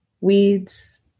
weeds